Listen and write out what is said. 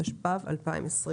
התשפ"ב-2021.